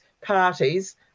parties